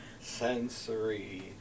Sensory